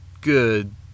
good